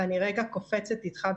ואני רגע קופצת אתך,